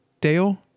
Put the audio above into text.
Dale